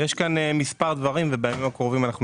יש כאן מספר דברים ובימים הקרובים אנחנו